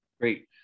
Great